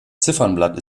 ziffernblatt